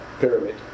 pyramid